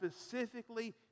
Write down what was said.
specifically